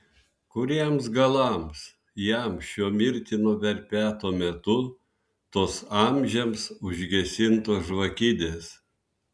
kuriems galams jam šiuo mirtino verpeto metu tos amžiams užgesintos žvakidės